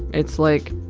it's like,